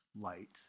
light